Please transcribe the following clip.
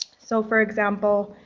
so, for example,